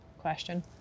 question